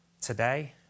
today